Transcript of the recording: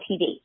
TV